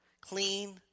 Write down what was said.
clean